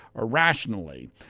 irrationally